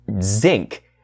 zinc